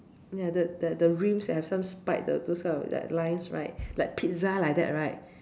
ya that that the rims have some spikes the those kind of like lines right like Pizza like that right